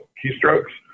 keystrokes